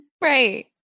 Right